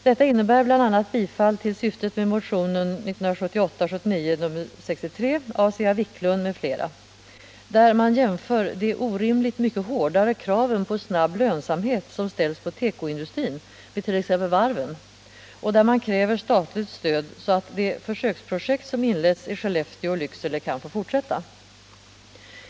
Detta innebär bl.a. ett tillstyrkande av syftet med motionen 63 av Svea Wiklund m.fl. , där man jämför de orimligt mycket hårdare kraven på snabb lönsamhet som ställs på tekoindustrin med vad som gäller för t.ex. varven och där man kräver statligt stöd, så att de försöksprojekt som inletts i Skellefteå och Lycksele kan få fortsätta.